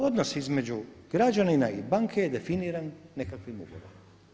Odnos između građanina i banke je definiran nekakvim ugovorom.